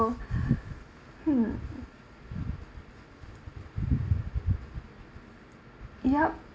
hmm yup